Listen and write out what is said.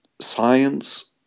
science